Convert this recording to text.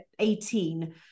18